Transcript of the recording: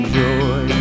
joy